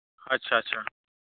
ᱟᱪᱪᱷᱟ ᱟᱪᱪᱷᱟ